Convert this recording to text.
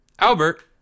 Albert